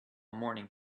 morning